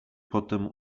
potem